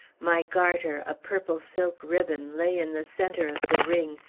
my garter, a purple silk ribbon, lay in the centre of the ring.